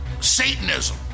Satanism